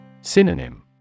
Synonym